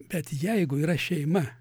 bet jeigu yra šeima